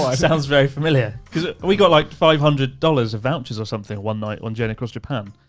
like sounds very familiar. cause we got like five hundred dollars of vouchers or something one night on journey across japan.